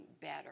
better